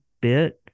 bit